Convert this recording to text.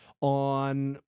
on